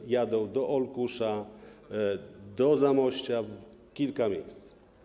Oni jadą do Olkusza, do Zamościa, w kilka miejsc.